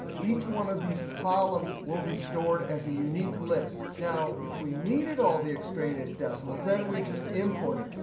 each one of these columns will be stored as a unique list. now, if we needed all the extraneous decimals, then we'd just import it.